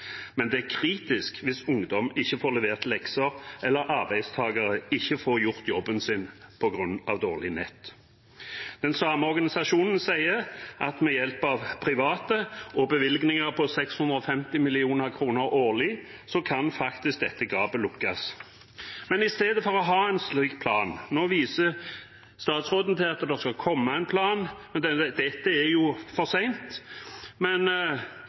kritisk hvis ungdom ikke får levert lekser, eller arbeidstakere ikke får gjort jobben sin på grunn av dårlig nett.» Den samme organisasjonen sier at med hjelp av private og bevilgninger på 650 mill. kr årlig kan dette gapet lukkes. Men i stedet for å ha en slik plan – nå viser statsråden til at det skal komme en plan, men det er jo for